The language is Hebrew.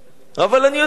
אבל אני יודע להסביר: